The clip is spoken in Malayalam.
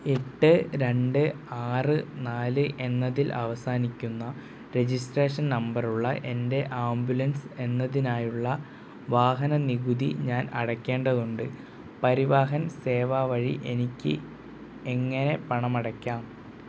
എട്ട് രണ്ട് ആറ് നാല് എന്നതിൽ അവസാനിക്കുന്ന രജിസ്ട്രേഷൻ നമ്പറുള്ള എൻറ്റെ ആമ്പുലൻസ് എന്നതിനായുള്ള വാഹന നികുതി ഞാൻ അടയ്ക്കേണ്ടതുണ്ട് പരിവാഹൻ സേവാ വഴി എനിക്ക് എങ്ങനെ പണമടക്കാം